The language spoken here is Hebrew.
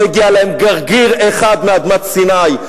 לא הגיע להם גרגר אחד מאדמת סיני.